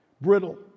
Brittle